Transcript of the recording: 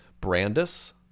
Brandis